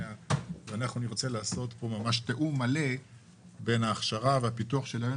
נרצה לעשות תיאום מלא בין ההכשרה והפיתוח של ההון